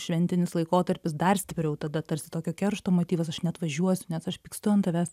šventinis laikotarpis dar stipriau tada tarsi tokio keršto motyvas aš neatvažiuos nes aš pykstu ant tavęs